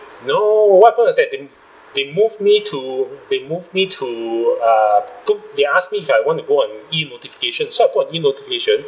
no what happen was that they they moved me to they moved me to err they ask me if I want to go on e-notification so I put on e-notification